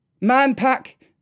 Man-pack